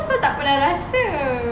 asal kau tak pernah rasa